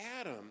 Adam